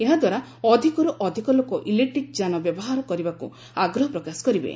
ଏହାଦ୍ୱାରା ଅଧିକରୁ ଅଧିକ ଲୋକ ଇଲେକ୍ଟ୍ରିକ୍ ଯାନ ବ୍ୟବହାର କରିବାକୁ ଆଗ୍ରହ ପ୍ରକାଶ କରିବେ